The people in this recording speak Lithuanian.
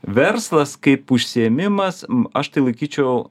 verslas kaip užsiėmimas aš tai laikyčiau